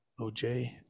OJ